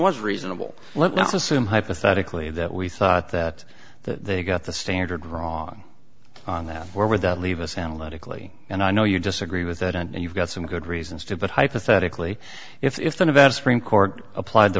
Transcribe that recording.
assume hypothetically that we thought that the got the standard wrong on that or would that leave us analytically and i know you disagree with that and you've got some good reasons to but hypothetically if the nevada supreme court applied the